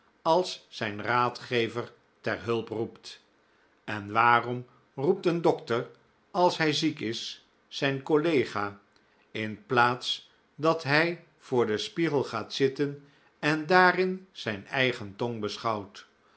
als zijn raadgever ter hulp roept en waarom roept een dokter als hij ziek is zijn collega in plaats dat hij voor den spiegel gaat zitten en daarin zijn eigen tong beschouwt